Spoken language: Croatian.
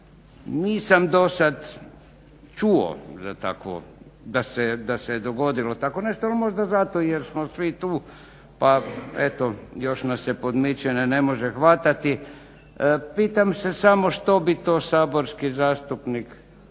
Nisam do sad čuo za takvo, da se dogodilo tako nešto ali možda zato jer smo svi tu, pa eto još nas se podmićene ne može hvatati. Pitam se samo što bi to saborski zastupnik